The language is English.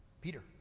Peter